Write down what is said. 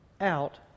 out